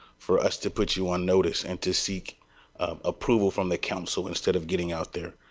for us to put you on notice. and to seek approval from the council instead of getting out there.